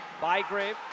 Bygrave